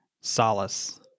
solace